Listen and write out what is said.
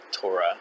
Torah